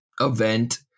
event